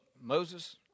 Moses